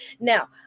Now